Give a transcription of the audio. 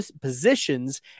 positions